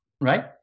right